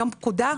יום פקודה,